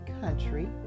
country